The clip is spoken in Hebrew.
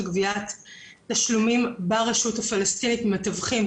גביית תשלומים ברשות הפלסטינית מתווכים,